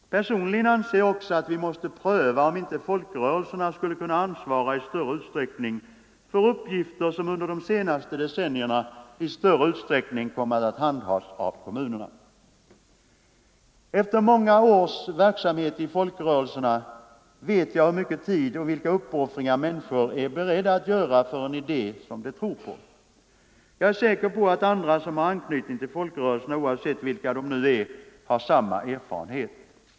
Personligen anser jag också att vi måste pröva om inte folkrörelserna i större utsträckning skulle kunna ansvara för uppgifter som under de senaste decennierna i hög grad kommit att handhas av kommunerna. Efter många års verksamhet inom folkrörelserna vet jag hur mycket tid och vilka uppoffringar människor är beredda att göra för en idé som de tror på. Jag är säker på att andra som har anknytning till folkrörelserna, oavsett vilka de är, har samma erfarenhet.